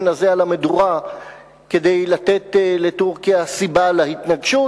הזה על המדורה כדי לתת לטורקיה סיבה להתנגשות.